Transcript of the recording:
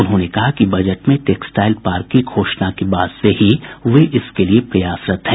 उन्होंने कहा कि बजट में टेक्सटाईल पार्क की घोषणा के बाद से ही वे इसके लिए प्रयासरत हैं